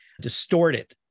distorted